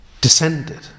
descended